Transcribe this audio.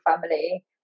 family